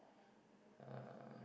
uh